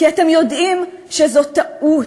כי אתם יודעים שזאת טעות,